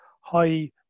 high